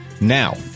Now